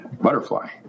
butterfly